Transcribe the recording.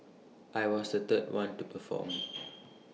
I was the third one to perform